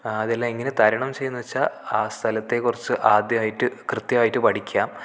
അതെല്ലാം എങ്ങനെ തരണം ചെയ്യുമെന്നു വെച്ചാൽ ആ സ്ഥലത്തെക്കുറിച്ച് ആദ്യമായിട്ട് കൃത്യമായിട്ട് പഠിക്കാം